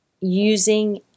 using